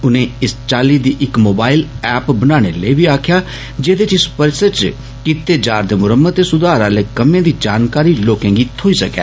उन्हें इस चाल्ली दी इक मोबाईल ऐप बनाने लेई बी आक्खेआ जेदे ने इस परिसर च कीते जारदे मुरम्मत ते सुधार आहले कम्में दी जानकारी लोकें गी थ्होई सकै